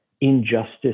injustice